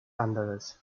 anderes